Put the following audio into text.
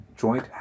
joint